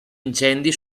incendi